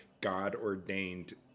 God-ordained